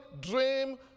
dream